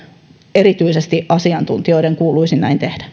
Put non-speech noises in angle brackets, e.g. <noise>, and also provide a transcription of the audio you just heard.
erityisesti asiantuntijoiden kuuluisi näin tehdä <unintelligible>